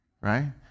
right